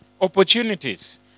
opportunities